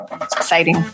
exciting